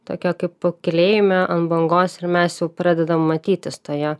tokia kaip pakylėjime ant bangos ir mes jau pradedam matytis toje